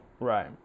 Right